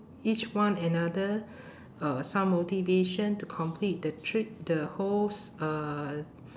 each one another uh some motivation to complete the trip the whole s~ uh